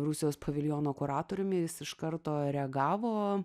rusijos paviljono kuratoriumi jis iš karto reagavo